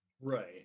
Right